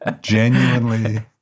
Genuinely